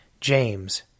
James